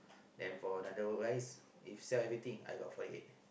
then for another rice if sell everything I got forty eight